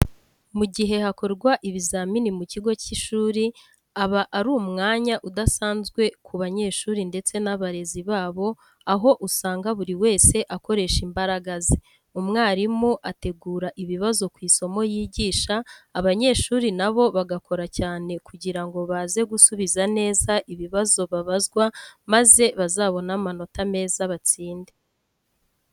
Mu gihe hakorwa ibizamini mu kigo cy'ishuri aba ari umwanya udasanzwe ku banyeshiri ndetse n'abarezi babo aho usanga buri wese akoresha imbaraga se. Umwarimu ategura ibibazo ku isomo yigisha, abanyeshuri nabo bagakora cyane kugirango baze gusubiza neza ibibazo babazwa maze bazabone amanota meza batsinze.